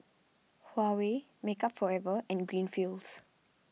Huawei Makeup Forever and Greenfields